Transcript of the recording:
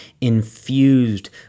infused